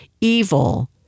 evil